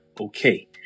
okay